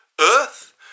Earth